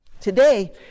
Today